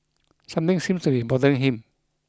something seems to be bothering him